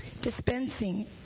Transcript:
dispensing